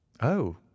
Oh